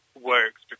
works